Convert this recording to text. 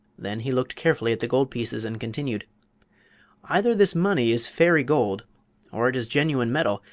then he looked carefully at the gold pieces and continued either this money is fairy gold or it is genuine metal,